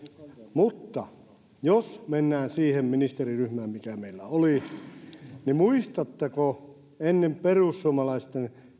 mutta jos mennään siihen ministeriryhmään mikä meillä oli niin muistatteko kun ennen perussuomalaisten